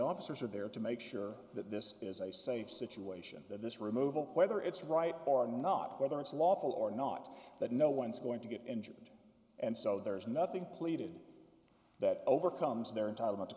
officers are there to make sure that this is a safe situation that this removal whether it's right or not whether it's lawful or not that no one's going to get injured and so there's nothing pleaded that overcomes their entitle